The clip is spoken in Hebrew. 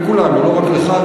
לא רק לך,